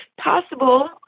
possible